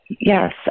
Yes